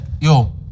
yo